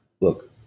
Look